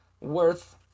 worth